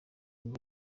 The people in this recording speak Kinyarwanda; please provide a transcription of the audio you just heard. njye